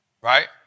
Right